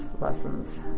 lessons